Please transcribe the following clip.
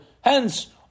hence